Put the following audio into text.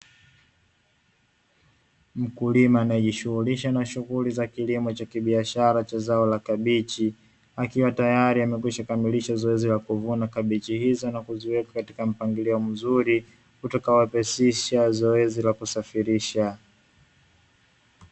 Mkulima anayejishughulisha na kilimo cha kibiashara cha zao la kabichi, akiwa tayari amekwisha kamilisha zoezi la kuvuna kabichi hizo na kuziweka katika mpangilo mzuri, utakaorahisisha zoezi la kusafirisha.